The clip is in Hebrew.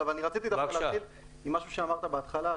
רציתי דווקא להתחיל עם משהו שאמרת בהתחלה,